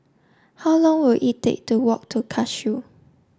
how long will it take to walk to Cashew